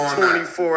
24